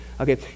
Okay